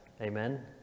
amen